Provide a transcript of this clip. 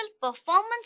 performance